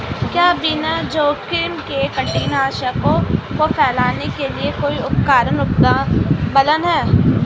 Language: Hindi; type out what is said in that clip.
क्या बिना जोखिम के कीटनाशकों को फैलाने के लिए कोई उपकरण उपलब्ध है?